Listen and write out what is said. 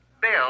Bill